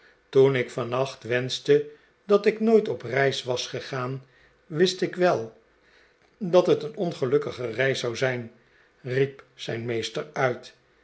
toen ik vannacht wenschte dat ik nooit op reis was gegaan wist ik wel dat het een ongelukkige reis zou zijn riep zijn meester uit